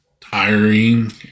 tiring